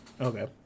okay